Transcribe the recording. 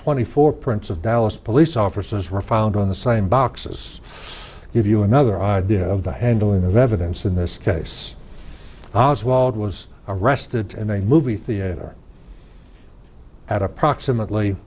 twenty four prints of dallas police officers were found on the same boxes give you another idea of the handling of evidence in this case as wald was arrested and then movie theater at approximately